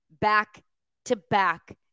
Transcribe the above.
Back-to-back